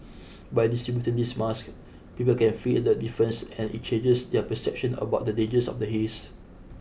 by distributing these masks people can feel the difference and it changes their perception about the dangers of the haze